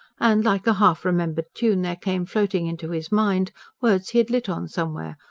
and like a half-remembered tune there came floating into his mind words he had lit on somewhere,